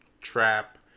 trap